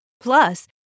Plus